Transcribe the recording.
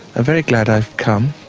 ah very glad i've come